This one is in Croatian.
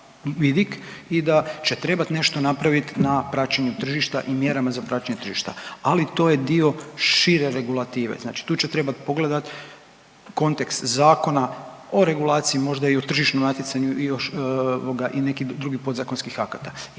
i da će trebat nešto napravit na praćenju tržišta i mjerama za praćenje tržišta, ali to je dio šire regulative. Znači tu će trebat pogledat kontekst zakona o regulaciji, možda i o tržišnom natjecanju i još nekih drugih podzakonskih akata